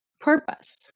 purpose